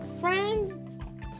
Friends